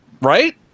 Right